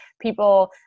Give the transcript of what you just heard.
people